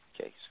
Case